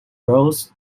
roads